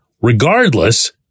Regardless